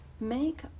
Make